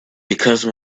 because